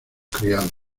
criados